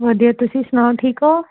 ਵਧੀਆ ਤੁਸੀਂ ਸੁਣਾਓ ਠੀਕ ਹੋ